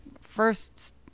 first